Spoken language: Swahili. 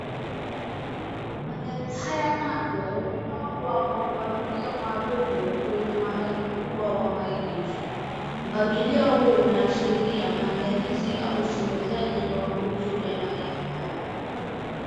Magari haya mapya wamepangwa kwa mpangilio maalum kwenye mahali kubwa wa maegesho. Mpangilio huu unaashiria maandalizi au usambazaji wa mauzo ya magari haya.